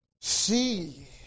See